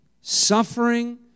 Suffering